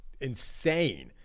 insane